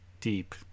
deep